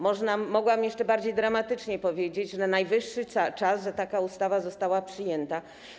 Mogłam jeszcze bardziej dramatycznie powiedzieć: najwyższy czas, żeby taka ustawa została przyjęta.